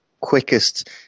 quickest